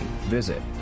visit